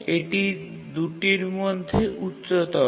এটি ২টির মধ্যে উচ্চতর